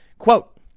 Quote